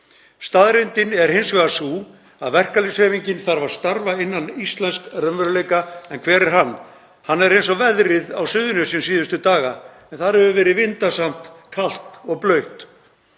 Staðreyndin er hins vegar sú að verkalýðshreyfingin þarf að starfa innan íslensks raunveruleika. En hver er hann? Hann er eins og veðrið á Suðurnesjum síðustu daga en þar hefur verið vindasamt, kalt og blautt.